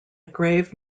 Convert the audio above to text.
grave